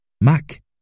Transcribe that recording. Mac